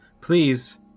Please